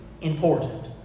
important